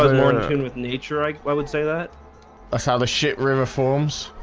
ah more and tune with nature. i would say that that's how the shit river forms